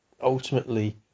ultimately